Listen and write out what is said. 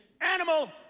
Animal